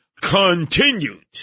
continued